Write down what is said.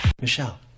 Michelle